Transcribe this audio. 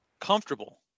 comfortable